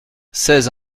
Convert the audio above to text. seize